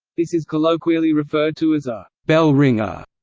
this is colloquially referred to as a bell ringer.